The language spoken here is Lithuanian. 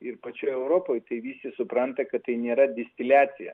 ir pačioj europoj tai visi supranta kad tai nėra distiliacija